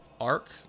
arc